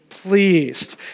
pleased